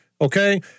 okay